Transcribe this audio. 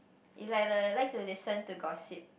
it's like the like to listen to gossip